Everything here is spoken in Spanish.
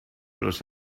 los